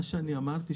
מה שאני אמרתי,